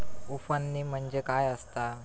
उफणणी म्हणजे काय असतां?